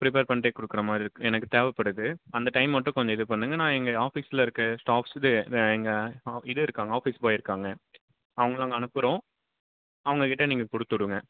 prepare பண்ணிட்டே கொடுக்கற மாதிரி இருக்குது எனக்கு தேவைப்படுது அந்த டைம் மட்டும் கொஞ்சம் இது பண்ணுங்கள் நான் இங்க ஆஃபீஸில் இருக்கற ஸ்டாஃப்ஸ் இது இது எங்கே ஆ இது இருக்காங்க ஆஃபீஸ் பாய் இருக்காங்க அவங்கள அங்கே அனுப்புகிறோம் அவங்கக் கிட்ட நீங்கள் கொடுத்து விடுங்க